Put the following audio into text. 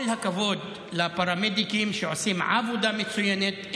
כל הכבוד לפרמדיקים, שעושים עבודה מצוינת.